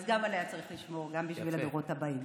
אז גם עליה צריך לשמור, גם בשביל הדורות הבאים.